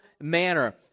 manner